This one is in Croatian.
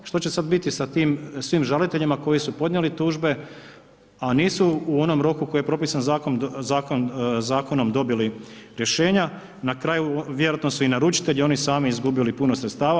Što će sad biti sa tim svim žaliteljima koji su podnijeli tužbe, a nisu u onom roku koji je propisan zakonom dobili rješenja, na kraju, vjerojatno su i naručitelji i oni sami izgubili puno sredstava.